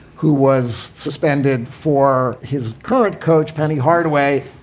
who was suspended for his current coach, penny hardaway,